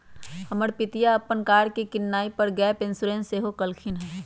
हमर पितिया अप्पन कार के किनाइ पर गैप इंश्योरेंस सेहो लेलखिन्ह्